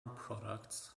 products